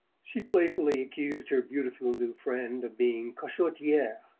she playfully accused her beautiful new friend of being cachottiere,